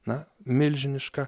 na milžiniška